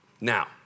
Now